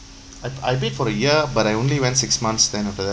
I'd I'd paid for a year but I only went six months then after that